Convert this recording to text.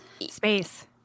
space